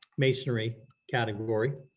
masonry category